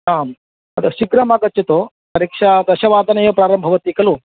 आम् तत्र शीघ्रम् आगच्छतु परीक्षा दशवादने एव प्रारम्भं भवति खलु